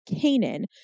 Canaan